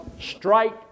Strike